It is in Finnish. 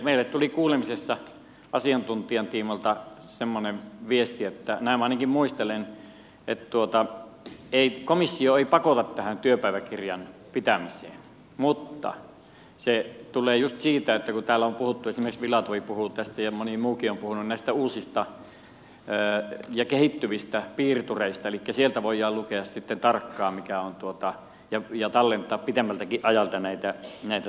meille tuli kuulemisessa asiantuntijan tiimoilta semmoinen viesti näin minä ainakin muistelen että komissio ei pakota tähän työpäiväkirjan pitämiseen mutta se tulee just siitä että kun täällä on puhuttu esimerkiksi filatov puhui ja moni muukin on puhunut näistä uusista ja kehittyvistä piirtureista elikkä sieltä voidaan lukea sitten tarkkaan ja tallentaa pitemmältäkin ajalta näitä työsuoritteita